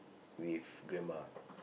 with grandma